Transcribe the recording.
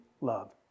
love